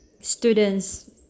Students